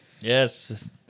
Yes